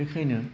बेखायनो